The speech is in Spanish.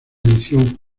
edición